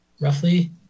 roughly